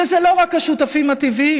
וזה לא רק השותפים הטבעיים.